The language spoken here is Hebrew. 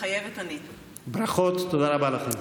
מתחייבת אני ברכות, תודה רבה לכם.